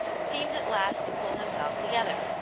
seemed at last to pull himself together.